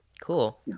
Cool